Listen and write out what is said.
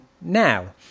now